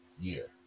year